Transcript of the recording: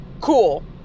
cool